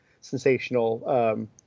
sensational